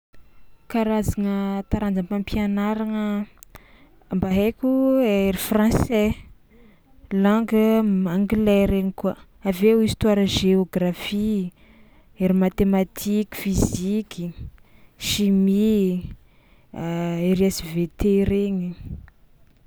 Karazagna taranjam-pampianaragna mba haiko: ery français, langue m- anglais regny koa, avy eo histoire géographie, ery matematiky, fiziky, chimie, ery SVT regny.